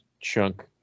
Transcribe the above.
chunk